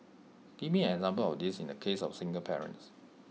give me an example of this in the case of single parents